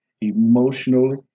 emotionally